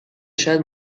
شاید